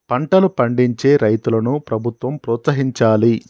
పంటలు పండించే రైతులను ప్రభుత్వం ప్రోత్సహించాలి